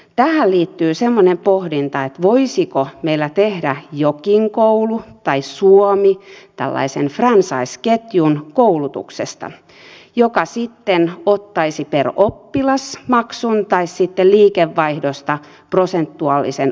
tähän liittyy semmoinen pohdinta että voisiko meillä tehdä jokin koulu tai suomi tällaisen franchisingketjun koulutuksesta joka sitten ottaisi maksun per oppilas tai sitten liikevaihdosta prosentuaalisen osuuden